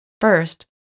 First